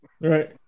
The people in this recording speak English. right